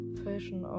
fashion